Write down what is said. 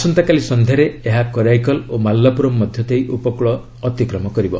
ଆସନ୍ତାକାଲି ସଂଧ୍ୟାରେ ଏହା କରାଇକଲ ଓ ମାଲାପୁରମ୍ ମଧ୍ୟ ଦେଇ ଉପକୂଳ ଅତିକ୍ରମ କରିବ